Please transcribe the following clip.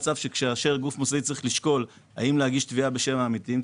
כאשר גוף מוסדי צריך לשקול האם להגיש תביעה בשם העמיתים,